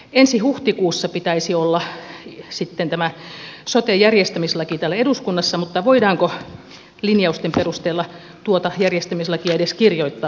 ensi huhtikuussa pitäisi olla sitten tämä sote järjestämislaki täällä eduskunnassa mutta voidaanko linjausten perusteella tuota järjestämislakia edes kirjoittaa